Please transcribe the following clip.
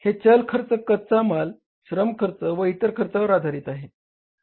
हे चल खर्च कच्चा माल श्रम खर्च व इतर खर्चावर आधारित आहे